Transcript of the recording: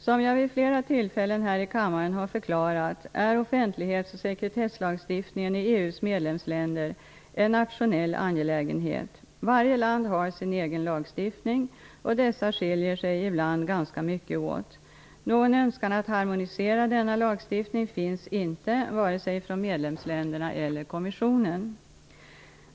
Som jag vid flera tillfällen här i kammaren har förklarat är offentlighets och sekretesslagstiftningen i EU:s medlemsländer en nationell angelägenhet. Varje land har sin egen lagstiftning, och dessa skiljer sig ibland ganska mycket åt. Någon önskan att harmonisera denna lagstiftning finns inte, vare sig från medlemsländerna eller kommissionen.